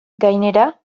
gainera